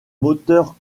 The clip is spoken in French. moteurs